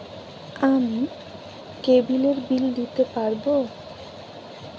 আমি কেবলের বিল দিতে পারবো?